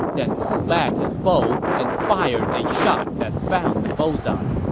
then pulled back his bow and fired a shot that found the bullseye.